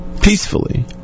peacefully